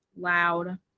loud